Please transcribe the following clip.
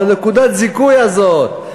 בנקודת הזיכוי הזאת,